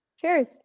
Cheers